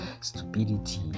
stupidity